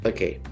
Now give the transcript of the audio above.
Okay